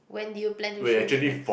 when did you plan to shave it next